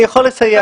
אני יכול לסייע.